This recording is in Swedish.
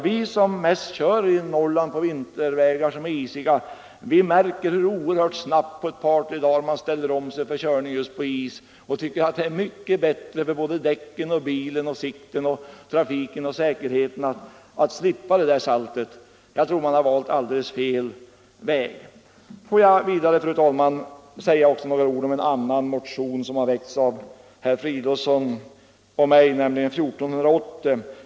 Vi som mest kör i Norrland på isiga vintervägar märker hur oerhört snabbt man ställer om sig för körning på is. Det tar bara ett par tre dagar. Och vi tycker det är mycket bättre för däcken, sikten, trafiken och säkerheten att slippa saltet. Jag tror man har valt fel metod när man använder vägsalt. Får jag vidare, fru talman, säga något om en annan motion som väckts av herr Fridolfsson och mig, nämligen motionen 1480.